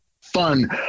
fun